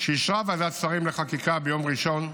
שאישרה ועדת שרים לחקיקה ביום ראשון,